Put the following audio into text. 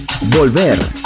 Volver